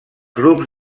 grups